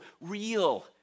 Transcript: real